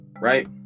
right